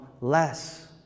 less